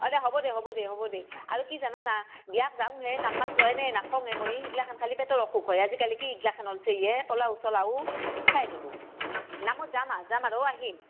অ' দে হ'ব দে হ'ব দে হ'ব দে আৰু কি জানানা বিয়াত যাওঁহে নামমাত্ৰ এনে নাখাওঁ এ মই সেইগিলাখান খালে পেটৰ অসুখ হয় আজিকালি কি এই গিলাখন উলাইছে এ পোলাও চলাও দেখবাই ন'ৰো নামত যাম আৰ যাম আৰু আহিম